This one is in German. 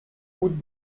gut